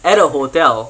at a hotel